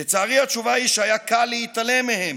לצערי, התשובה היא שהיה קל להתעלם מהם,